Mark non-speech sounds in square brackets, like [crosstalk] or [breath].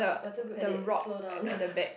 we're too good at it slow down [breath]